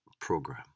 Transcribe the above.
program